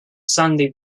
sandy